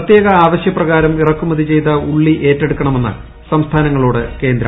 പ്രത്യേക ആവശ്യപ്രകാരം ഇറക്കുമതി ചെയ്ത ഉള്ളി ഏറ്റെടുക്കണമെന്ന് സംസ്ഥാനങ്ങളോട് കേന്ദ്രം